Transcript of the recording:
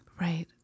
Right